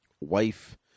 wife